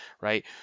right